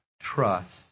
trust